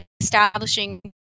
establishing